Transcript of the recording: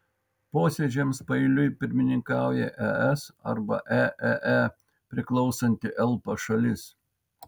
posėdžiams paeiliui pirmininkauja es arba eee priklausanti elpa šalis